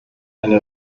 eine